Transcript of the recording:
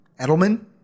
Edelman